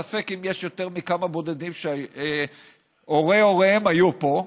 ספק אם יש יותר מכמה בודדים שהורי-הוריהם היו פה,